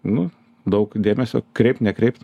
nu daug dėmesio kreipt nekreipt